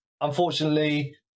unfortunately